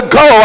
go